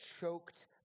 choked